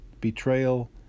Betrayal